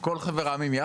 כל חבר העמים יחד?